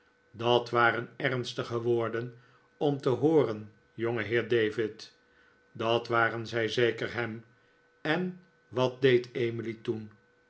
dat waren ernstige woorden om te hooren jongeheer david dat waren zij zeker ham en wat deed emily toen